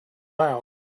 loud